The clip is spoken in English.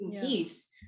peace